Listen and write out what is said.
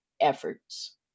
efforts